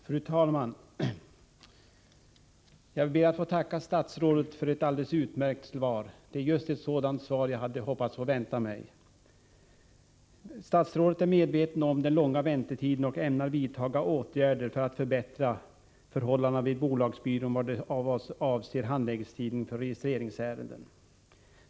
Fru talman! Jag ber att få tacka statsrådet för ett alldeles utmärkt svar. Det är just ett sådant svar jag hade hoppats på och väntat mig. Statsrådet är medveten om den långa väntetiden och ämnar vidta åtgärder för att förbättra förhållandena vid bolagsbyrån vad avser handläggningstiderna för registreringsärenden.